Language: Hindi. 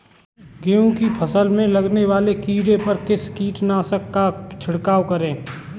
गेहूँ की फसल में लगने वाले कीड़े पर किस कीटनाशक का छिड़काव करें?